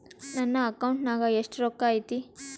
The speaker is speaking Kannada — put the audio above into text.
ನನ್ನ ಅಕೌಂಟ್ ನಾಗ ಎಷ್ಟು ರೊಕ್ಕ ಐತಿ?